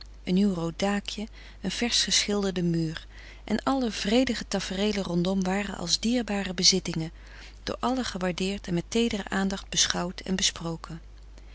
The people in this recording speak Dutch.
een nieuw rood daakje een versch geschilderde schuur en alle vredige tafreelen rondom waren als dierbare bezittingen door allen gewaardeerd en met teedere aandacht beschouwd en besproken